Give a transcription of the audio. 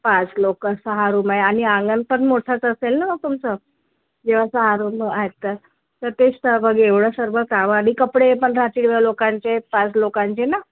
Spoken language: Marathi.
पाच लोक सहा रूम आहे आणि अंगण पण मोठचं असेल ना तुमचं जेव्हा सहा रुम आहेत तर तर तेच सर्व बघ एवढं सर्व काम आणि कपडे पण राहतील येवढ्या लोकांचे पाच लोकांचे ना